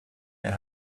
mehr